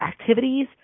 activities